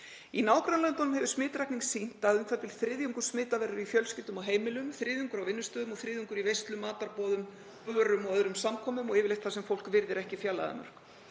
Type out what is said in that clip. Í nágrannalöndunum hefur smitrakning sýnt að u.þ.b. þriðjungur smita verður í fjölskyldum og á heimilum, þriðjungur á vinnustöðum og þriðjungur í veislum, matarboðum, á börum og öðrum samkomum og yfirleitt þar sem fólk virðir ekki fjarlægðarmörk.